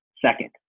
second